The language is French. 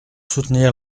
soutenir